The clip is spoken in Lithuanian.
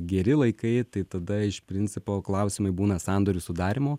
geri laikai tai tada iš principo klausimai būna sandorių sudarymo